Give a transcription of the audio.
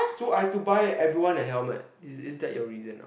so I have to buy everyone a helmet is is that your reason now